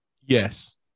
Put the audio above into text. Yes